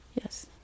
Yes